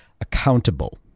accountable